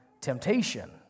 temptation